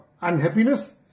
unhappiness